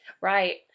Right